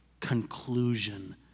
conclusion